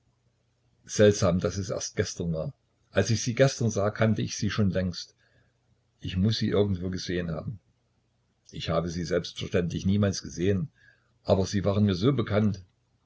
seltsam daß es erst gestern war als ich sie gestern sah kannte ich sie schon längst ich muß sie irgendwo gesehen haben ich habe sie selbstverständlich niemals gesehen aber sie waren mir so bekannt